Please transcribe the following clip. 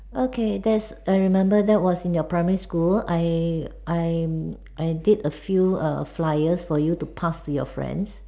okay that's I remember that was in your primary school I I I'm did a few err flyers for you to pass to your friends